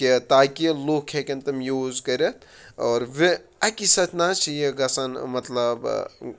کہ تاکہ لُکھ ہیٚکن تِم یوٗز کٔرِتھ اور وِ اَکے سٲتھ نہ حظ چھِ یہِ گژھان مطلب